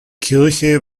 kirche